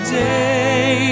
day